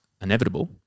inevitable